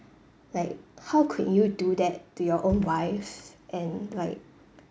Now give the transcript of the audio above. like how could you do that to your own wife and like